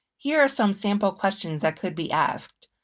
here are some sample questions that could be asked.